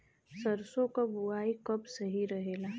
सरसों क बुवाई कब सही रहेला?